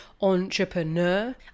entrepreneur